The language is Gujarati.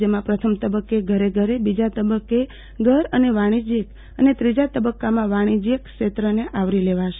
જેમાં પ્રથમ તબક્કે ઘરે ઘર બીજા તબક્કે ઘર અને વાણિજયક અને ત્રીજા તબક્કામાં વાણિજ્યિક ક્ષેત્રને આવરી લેવાશે